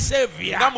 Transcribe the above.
Savior